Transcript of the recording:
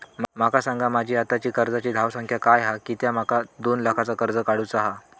माका सांगा माझी आत्ताची कर्जाची धावसंख्या काय हा कित्या माका दोन लाखाचा कर्ज काढू चा हा?